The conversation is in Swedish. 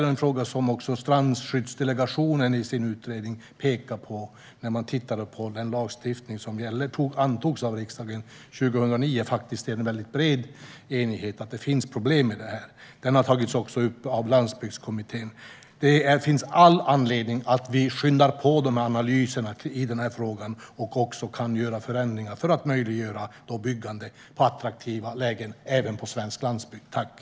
Strandskyddsdelegationen pekade på detta i sin utredning när man tittade på den lagstiftning som gäller och som i bred enighet antogs av riksdagen 2009. Delegationen såg att det finns problem här. Även Landsbygdskommittén har tagit upp frågan. Vi har all anledning att skynda på med analyserna för att göra förändringar som möjliggör byggande även i attraktiva lägen på landsbygden.